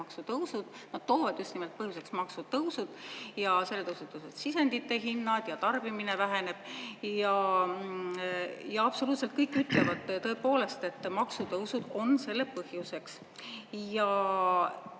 Nad toovad põhjuseks just maksutõusud, mille tõttu tõusevad sisendite hinnad ja tarbimine väheneb. Ja absoluutselt kõik ütlevad tõepoolest, et maksutõusud on selle põhjuseks.